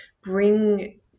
bring